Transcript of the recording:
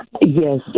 Yes